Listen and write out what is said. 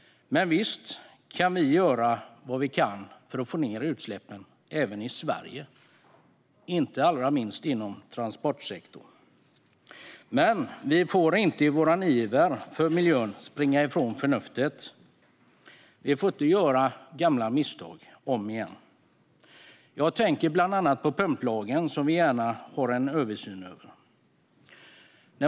Men visst kan vi göra mycket för att få ned utsläppen även i Sverige, inte minst inom transportsektorn. Men vi får inte i vår iver för miljön springa ifrån förnuftet. Vi får inte göra om gamla misstag igen. Jag tänker bland annat på pumplagen, som vi gärna vill ha en översyn av.